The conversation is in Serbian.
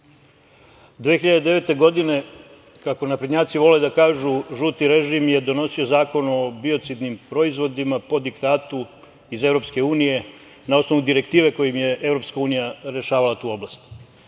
2009. kako naprednjaci vole da kažu, žuti režim je donosio Zakon o biocidnim proizvodima po diktatu iz EU, na osnovu direktive koje im je EU rešavala tu oblast.